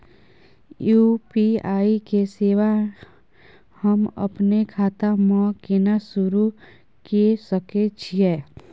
UPI के सेवा हम अपने खाता म केना सुरू के सके छियै?